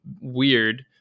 weird